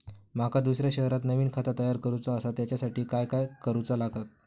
माका दुसऱ्या शहरात नवीन खाता तयार करूचा असा त्याच्यासाठी काय काय करू चा लागात?